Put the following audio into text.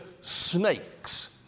snakes